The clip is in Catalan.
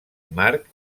march